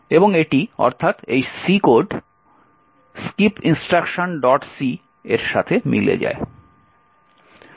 এবং এটি অর্থাৎ এই C কোড skipinstructionc এর সাথে মিলে যায়